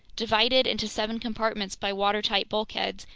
divided into seven compartments by watertight bulkheads,